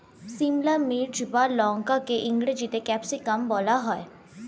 সিমলা মির্চ বা লঙ্কাকে ইংরেজিতে ক্যাপসিকাম বলা হয়